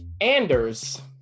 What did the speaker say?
Anders